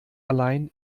allein